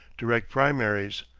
direct primaries,